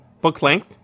book-length